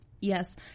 Yes